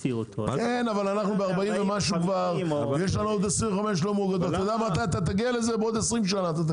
אבל אנחנו ב-40 ומשהו ויש לנו עוד 25. תגיע לזה בעוד 25 שנה.